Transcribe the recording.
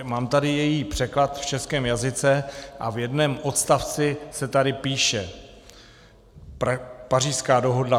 Mám tady její překlad v českém jazyce a v jednom odstavci se tady píše: Pařížská dohoda.